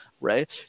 right